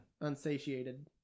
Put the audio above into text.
Unsatiated